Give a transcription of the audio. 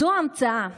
זאת המצאה,